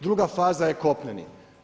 Druga faza je kopneni.